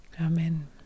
Amen